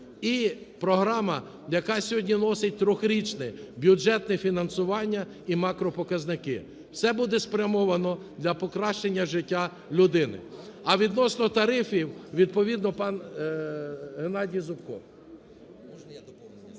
і програми, яка сьогодні носить трирічне бюджетне фінансування і макропоказники. Це буде спрямовано для покращення життя людини. А відносно тарифів відповідно пан ГеннадійЗубко.